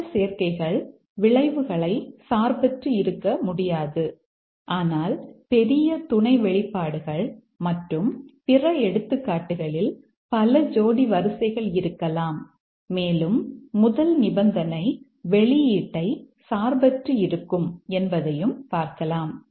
மற்ற சேர்க்கைகள் விளைவுகளை சார்பற்று இருக்க முடியாது ஆனால் பெரிய துணை வெளிப்பாடுகள் மற்றும் பிற எடுத்துக்காட்டுகளில் பல ஜோடி வரிசைகள் இருக்கலாம் மேலும் முதல் நிபந்தனை வெளியீட்டை சார்பற்று இருக்கும் என்பதையும் பார்க்கலாம்